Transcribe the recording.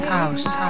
House